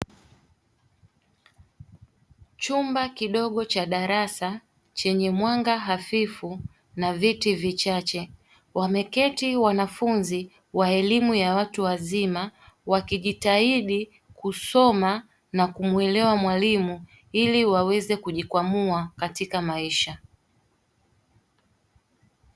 Chumba kidogo cha darasa chenye mwanga hafifu na viti vichache wameketi wanafunzi wa elimu ya watu wazima wakijitahidi kusoma na kumuelewa mwalimu ili waweze kujikwamua kimaisha.